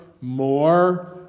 more